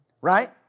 Right